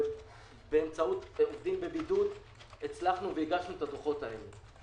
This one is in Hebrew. ובאמצעות עובדים בבידוד הצלחנו והגשנו את הדוחות האלו.